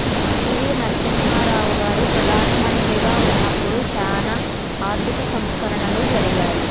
పి.వి.నరసింహారావు గారు ప్రదానమంత్రిగా ఉన్నపుడు చానా ఆర్థిక సంస్కరణలు జరిగాయి